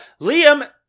Liam